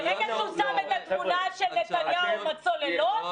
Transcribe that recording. ברגע שהוא שם את התמונה של נתניהו עם הצוללות,